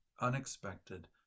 unexpected